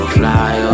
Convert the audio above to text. fly